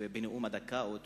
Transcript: בנאום בן דקה, או אתמול,